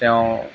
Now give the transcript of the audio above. তেওঁ